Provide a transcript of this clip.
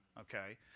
okay